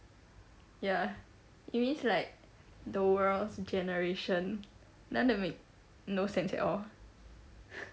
ya it means like the world's generation then that make no sense at all